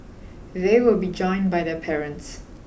they will be joined by their parents